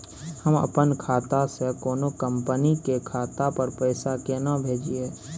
हम अपन खाता से कोनो कंपनी के खाता पर पैसा केना भेजिए?